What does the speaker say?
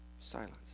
Silence